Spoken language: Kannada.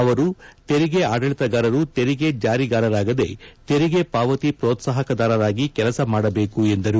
ಅವರು ತೆರಿಗೆ ಆಡಳಿತಗಾರರು ತೆರಿಗೆ ಜಾರಿಗಾರರಾಗದೆ ತೆರಿಗೆ ಪಾವತಿ ಪ್ರೋತ್ಸಾಹಕದಾರರಾಗಿ ಕೆಲಸ ಮಾಡಬೇಕು ಎಂದರು